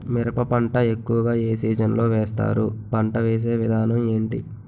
మిరప పంట ఎక్కువుగా ఏ సీజన్ లో వేస్తారు? పంట వేసే విధానం ఎంటి?